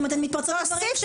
אם אתן מתפרצות לדברים שלו.